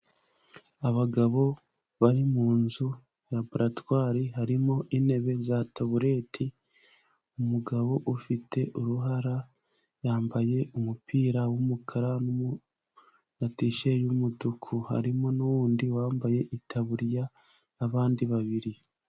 Abagabo bari mun nzu raboratware harimo intebe za tabureti, umugabo ufite uruhara yambaye umupira w'umukara na tisheti y'umutuku, harimo n'uwundi wambaye itaburiya abandi babiri.